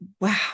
Wow